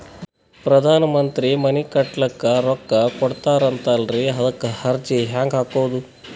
ಪ್ರಧಾನ ಮಂತ್ರಿ ಮನಿ ಕಟ್ಲಿಕ ರೊಕ್ಕ ಕೊಟತಾರಂತಲ್ರಿ, ಅದಕ ಅರ್ಜಿ ಹೆಂಗ ಹಾಕದು?